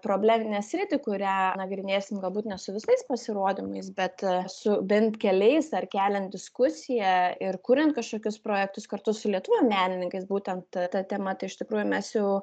probleminę sritį kurią nagrinėsim galbūt ne su visais pasirodymais bet su bent keliais ar keliant diskusiją ir kuriant kažkokius projektus kartu su lietuvių menininkais būtent ta tema tai iš tikrųjų mes jau